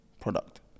product